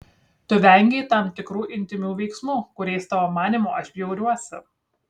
tu vengei tam tikrų intymių veiksmų kuriais tavo manymu aš bjauriuosi